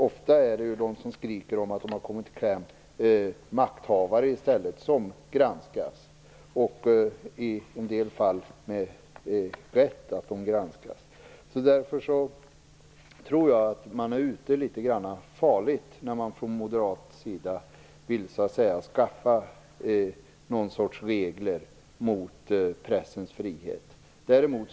Ofta är det i stället makthavare som skriker om att de har kommit i kläm när de granskas, trots att granskningen i en del fall är berättigad. Jag tror därför att man är litet farligt ute när man från moderat sida vill skapa något slags regler mot pressens frihet.